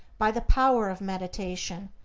by the power of meditation,